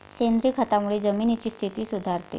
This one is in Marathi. सेंद्रिय खतामुळे जमिनीची स्थिती सुधारते